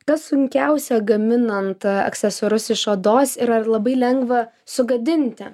kas sunkiausia gaminant aksesuarus iš odos ir ar labai lengva sugadinti